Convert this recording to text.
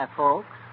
folks